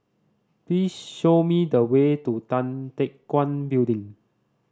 please show me the way to Tan Teck Guan Building